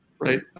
right